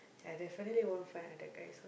I definitely wouldn't find other guys